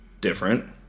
different